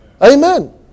Amen